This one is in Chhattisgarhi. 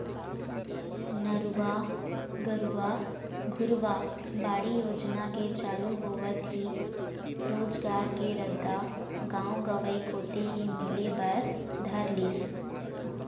नरूवा, गरूवा, घुरूवा, बाड़ी योजना के चालू होवत ही रोजगार के रद्दा गाँव गंवई कोती ही मिले बर धर लिस